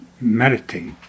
meditate